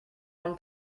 one